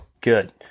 Good